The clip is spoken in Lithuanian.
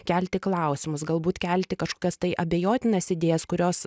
kelti klausimus galbūt kelti kažkokias tai abejotinas idėjas kurios